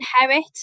inherit